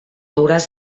hauràs